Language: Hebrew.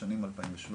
בשנים 2017,